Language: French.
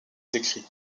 décrit